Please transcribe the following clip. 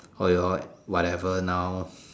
or your whatever now